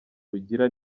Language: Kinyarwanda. rugira